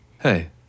Hey